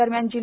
दरम्यान जि